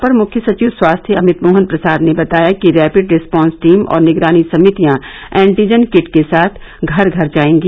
अपर मुख्य सचिव स्वास्थ्य अमित मोहन प्रसाद ने बताया कि रैपिड रिस्पॉन्स टीम और निगरानी समितियां एन्टीजन किट के साथ घर घर जायेंगी